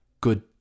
good